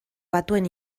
batuen